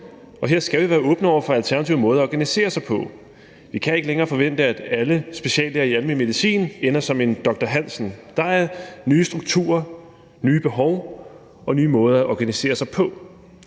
og her skal vi være åbne over for alternative måder at organisere sig på. Vi kan ikke længere forvente, at alle speciallæger i almen medicin ender som en doktor Hansen. Der er nye strukturer, nye behov og nye måder at organisere sig på.